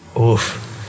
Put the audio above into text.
oof